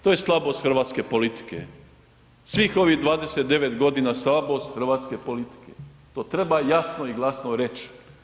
To je slabost hrvatske politike, svih ovih 29.g. slabost hrvatske politike, to treba jasno i glasno reć.